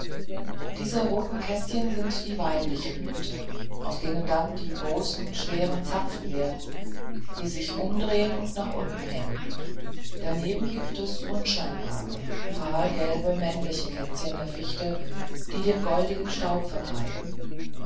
diese roten kätzchen sind weibliche blüten aus denen dann die großen schweren zapfen werden die sich umdrehen und nach unten hängen daneben gibt es unscheinbare fahlgelbe männliche kätzchen der fichte die den goldigen staub verbreiten